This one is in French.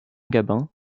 gabin